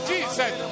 Jesus